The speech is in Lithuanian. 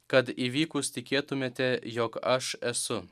kad įvykus tikėtumėte jog aš esu